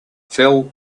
phil